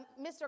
Mr